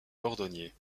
cordonnier